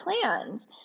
plans